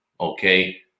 okay